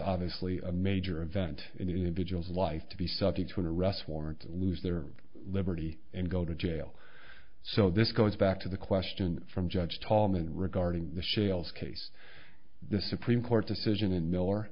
obviously a major event in individual's life to be subject to an arrest warrant lose their liberty and go to jail so this goes back to the question from judge tallman regarding the shales case the supreme court decision in miller